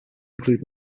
include